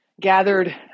gathered